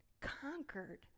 conquered